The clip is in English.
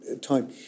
time